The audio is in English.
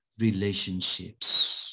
relationships